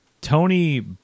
Tony